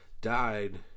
died